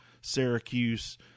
Syracuse